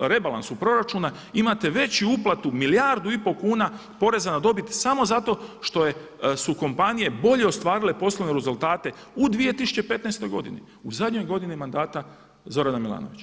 rebalansu proračuna imate već i uplatu milijardu i pol kuna poreza na dobit samo zato što su kompanije bolje ostvarile poslovne rezultate u 2015. godini, u zadnjoj godini mandata Zorana Milanovića.